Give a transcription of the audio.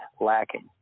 lacking